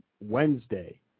Wednesday